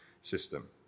system